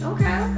Okay